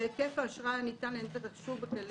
היקף האשראי הניתן הוא מצומצם.